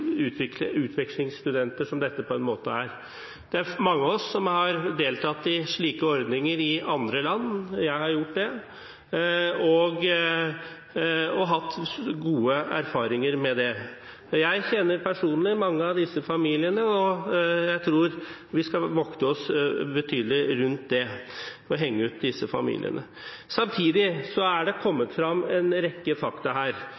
utvekslingsstudenter – som dette på en måte er. Det er mange av oss som har deltatt i slike ordninger i andre land – jeg har gjort det – og hatt gode erfaringer med det. Jeg kjenner personlig mange av disse familiene, og jeg tror vi skal vokte oss betydelig for å henge dem ut. Samtidig er det kommet frem en rekke fakta her.